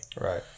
Right